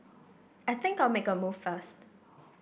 I think I'll make a move first